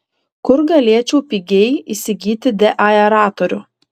kur galėčiau pigiai įsigyti deaeratorių